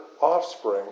offspring